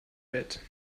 bett